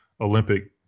Olympic